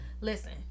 listen